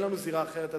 אין לנו זירה אחרת,